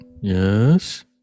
yes